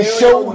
show